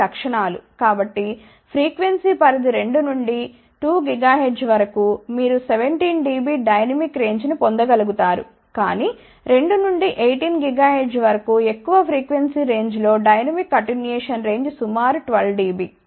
కాబట్టి ఫ్రీక్వెన్సీ పరిధి 2 నుండి 12 GHz వరకు మీరు 17 dB డైనమిక్ రేంజ్ ని పొందగలుగుతారు కాని 2 నుండి 18 GHz వరకు ఎక్కువ ఫ్రీక్వెన్సీ రేంజ్ లో డైనమిక్ అటెన్యుయేషన్ రేంజ్ సుమారు 12 dB సరే